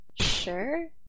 sure